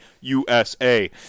USA